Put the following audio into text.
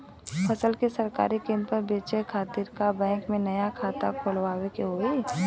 फसल के सरकारी केंद्र पर बेचय खातिर का बैंक में नया खाता खोलवावे के होई?